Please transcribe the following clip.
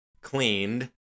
cleaned